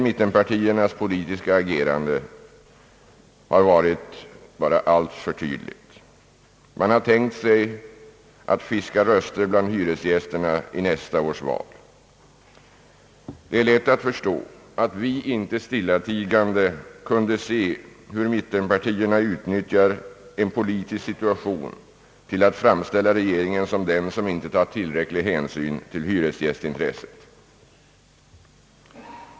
hyreslagstiftningen agerande har varit alltför tydligt. De har tänkt sig att fiska röster bland hyresgästerna till nästa års val. Det är lätt att förstå att vi inte stillatigande kunde se hur mittenpartierna utnyttjade en politisk situation till att framställa regeringen som den som inte tar tillräcklig hänsyn till hyresgästintressena.